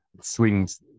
swings